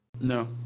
No